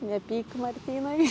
nepyk martynai